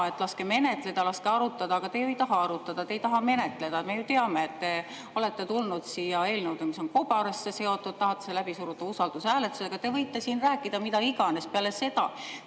et laske menetleda, laske arutada, aga te ju ei taha arutada, te ei taha menetleda. Me ju teame, et te olete tulnud siia eelnõuga, mis on kobarasse seotud, tahate selle läbi suruda usaldushääletusega. Te võite siin rääkida mida iganes. Peale seda,